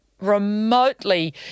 remotely